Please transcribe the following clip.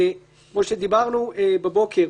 כמו שדיברנו בבוקר,